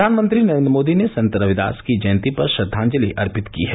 प्रधानमंत्री नरेन्द्र मोदी ने संत रविदास की जयंती पर श्रद्वाजलि अर्पित की है